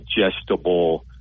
digestible